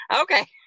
Okay